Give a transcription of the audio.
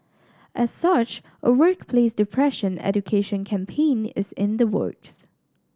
as such a workplace depression education campaign is in the works